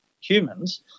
humans